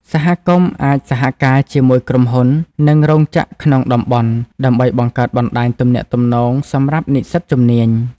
សហគមន៍អាចសហការជាមួយក្រុមហ៊ុន និងរោងចក្រក្នុងតំបន់ ដើម្បីបង្កើតបណ្តាញទំនាក់ទំនងសម្រាប់និស្សិតជំនាញ។